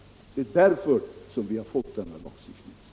Det är därför som vi har fått denna lagstiftning.